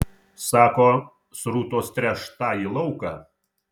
sako srutos tręš tąjį lauką